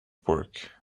work